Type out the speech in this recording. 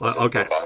Okay